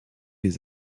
les